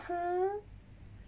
uh ha